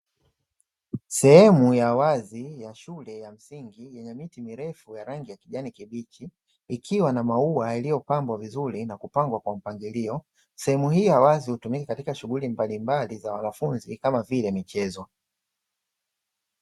Sehemu ya wazi ya shule ya msingi yenye miti mirefu ya rangi ya kijani kibichi, ikiwa na maua yaliyopanbwa vizuri na kupangwa kwa mpangilio. Sehemu hii ya wazi hutumika katika shughuli mbalimbali za wanafunzi kama vile michezo.